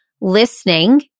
listening